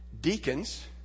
deacons